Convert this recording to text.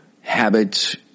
Habits